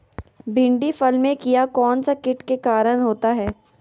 भिंडी फल में किया कौन सा किट के कारण होता है?